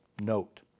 note